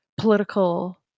political